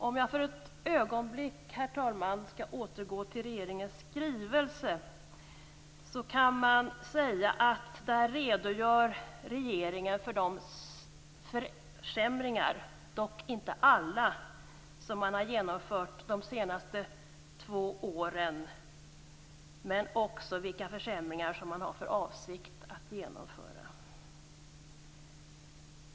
Om jag för ett ögonblick, herr talman, skall återgå till regeringens skrivelse kan jag säga att regeringen där redogör för de försämringar - dock inte alla - som man har genomfört de senaste två åren, men också för vilka försämringar som man har för avsikt att genomföra.